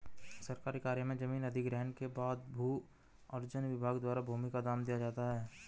सरकारी कार्य में जमीन अधिग्रहण के बाद भू अर्जन विभाग द्वारा भूमि का दाम दिया जाता है